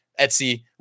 Etsy